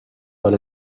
but